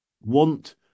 want